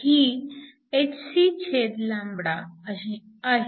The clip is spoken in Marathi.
ही hcआहे